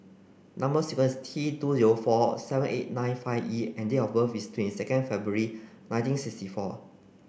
number sequence T two zero four seven eight nine five E and date of birth is twenty second February nineteen sixty four